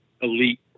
elite